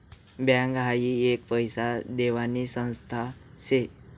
bank हाई एक पैसा देवानी संस्था शे